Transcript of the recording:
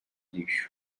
lixo